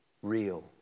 Real